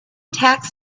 tax